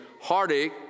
heartache